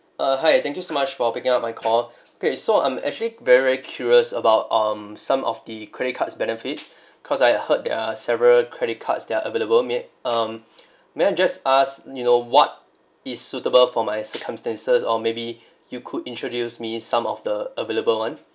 uh hi thank you so much for picking up my call okay so I'm actually very curious about um some of the credit cards benefits cause I heard there are several credit cards there are available may um may I just ask you know what is suitable for my circumstances or maybe you could introduce me some of the available [one]